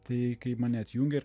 tai kai mane atjungė ir